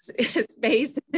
space